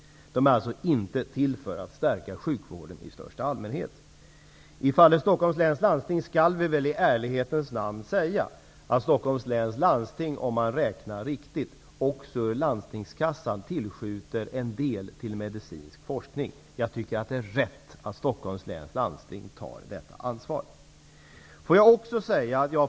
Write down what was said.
Dessa medel är alltså inte till för att stärka sjukvården i största allmänhet. I fallet Stockholms läns landsting måste man i ärlighetens namn säga att om man räknar riktigt, tillskjuter Stockholms läns landsting ur sin landstingskassa en del till medicinsk forskning. Jag tycker att det är rätt att Stockholms läns landsting tar detta ansvar.